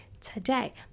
today